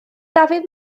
dafydd